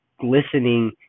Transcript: glistening